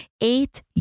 eight